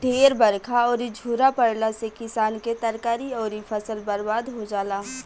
ढेर बरखा अउरी झुरा पड़ला से किसान के तरकारी अउरी फसल बर्बाद हो जाला